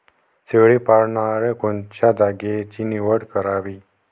शेळी पालनाले कोनच्या जागेची निवड करावी?